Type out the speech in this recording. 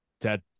Ted